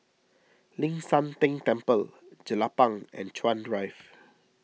Ling San Teng Temple Jelapang and Chuan Drive